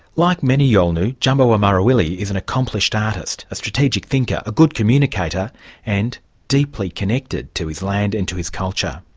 like many yolngu, djambawa marawili is an accomplished artist, a strategic thinker, a good communicator and deeply connected to his land and to his culture.